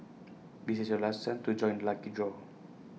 this is your last chance to join the lucky draw